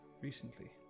recently